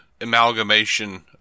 amalgamation